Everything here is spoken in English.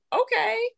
okay